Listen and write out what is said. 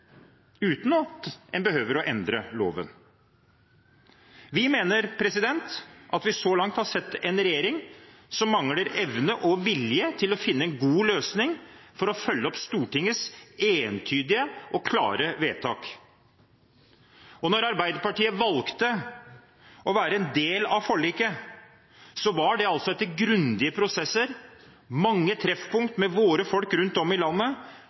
uten at en behøver å endre loven. Vi mener at vi så langt har sett en regjering som mangler evne og vilje til å finne en god løsning for å følge opp Stortingets entydige og klare vedtak. Da Arbeiderpartiet valgte å være en del av forliket, var det etter grundige prosesser og mange treffpunkt med våre folk rundt om i landet